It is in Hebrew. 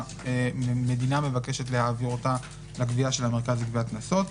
והמדינה מבקשת להעביר אותה לגבייה של המרכז לגביית קנסות.